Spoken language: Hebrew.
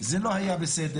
זה לא היה בסדר,